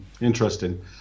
Interesting